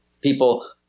People